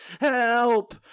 help